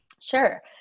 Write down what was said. Sure